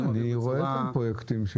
אני רואה כאן פרויקטים.